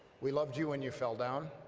we loved you when you fell down,